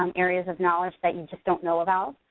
um areas of knowledge that you just don't know about.